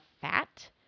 fat